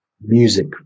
music